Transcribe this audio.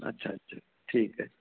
अच्छा अच्छा ठीक आहे